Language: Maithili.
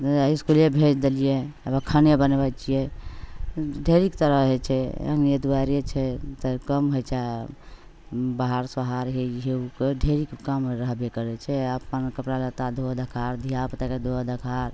जे इसकुले भेज देलिए खाने बनबै छिए ढेरिक तरह होइ छै अँगने दुआरे छै तऽ कम होइ छै बहार सुहार हे ई हे ओ ढेरिक काम रहबे करै छै आओर अपन कपड़ा लत्ताके धो धखाड़ धिआपुताके धो धखाड़